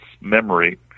memory